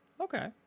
Okay